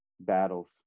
battles